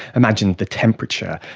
imagine the temperature,